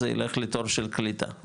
זה ילך לתור של קליטה,